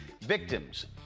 victims